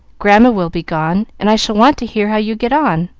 grandma will be gone, and i shall want to hear how you get on.